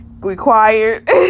required